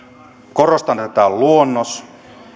korostan että tämä on luonnos